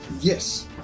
Yes